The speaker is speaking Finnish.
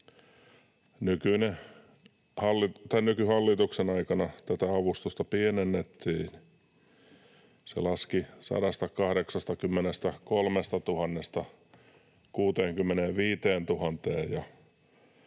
Nykyhallituksen aikana tätä avustusta pienennettiin, se laski 183 000:sta